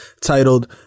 titled